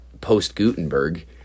post-Gutenberg